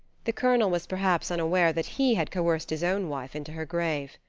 the colonel was perhaps unaware that he had coerced his own wife into her grave.